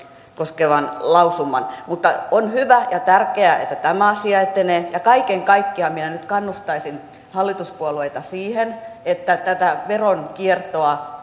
koskevan lausuman mutta on hyvä ja tärkeää että tämä asia etenee ja kaiken kaikkiaan minä nyt kannustaisin hallituspuolueita siihen että veronkiertoa